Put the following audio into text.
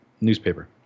newspaper